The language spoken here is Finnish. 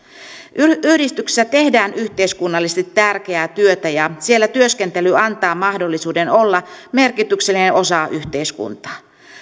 yhdistyksissä tehdään yhteiskunnallisesti tärkeää työtä ja siellä työskentely antaa mahdollisuuden olla merkityksellinen osa yhteiskuntaa